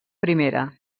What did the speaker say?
primera